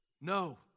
No